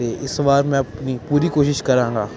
ਇਸ ਵਾਰ ਮੈਂ ਆਪਣੀ ਪੂਰੀ ਕੋਸ਼ਿਸ਼ ਕਰਾਂਗਾ